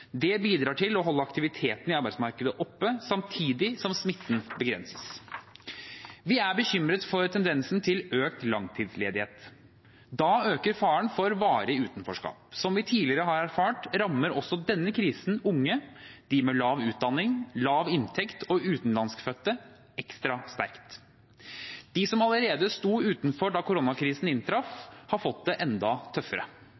Det bidrar til å holde aktiviteten i arbeidsmarkedet oppe, samtidig som smitten begrenses. Vi er bekymret for tendensen til økt langtidsledighet. Da øker faren for varig utenforskap. Som vi tidligere har erfart, rammer også denne krisen unge, de med lav utdanning og lav inntekt og utenlandskfødte ekstra sterkt. De som allerede sto utenfor da koronakrisen inntraff, har fått det enda tøffere.